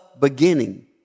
beginning